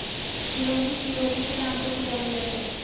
चिरोंजी चिरोली के नाम से भी जाना जाता है